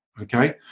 okay